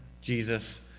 Jesus